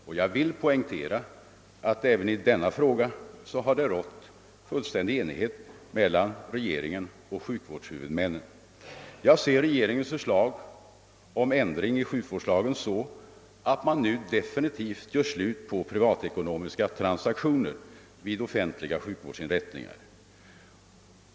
Och jag vill poängtera att det även i denna fråga rått fullständig enighet mellan regeringen och sjukvårdshuvudmännen. Jag ser regeringens förslag om ändring i sjukvårdslagen så, att vi nu definitivt gör slut på privatekonomiska transaktioner vid offentliga sjukvårdsinrättningar.